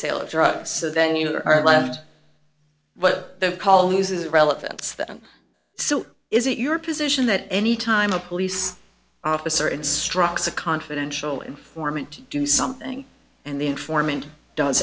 sale of drugs so then you are left but the call loses relevance then so is it your position that any time a police officer instructs a confidential informant to do something and the informant does